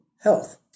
health